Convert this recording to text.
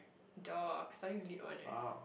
duh I study lit one eh